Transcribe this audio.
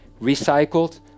recycled